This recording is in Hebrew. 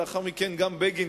ולאחר מכן גם בגין,